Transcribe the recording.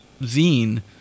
zine